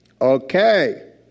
Okay